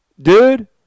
Dude